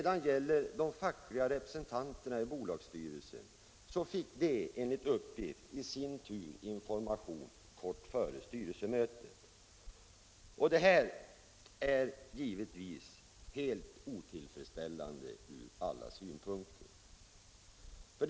De fackliga representanterna i bolagsstyrelsen fick enligt uppgift i sin tur information kort före styrelsemötet. Detta är givetvis helt otillfredsställande ur alla synpunkter.